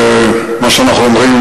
וכמו שאנחנו אומרים,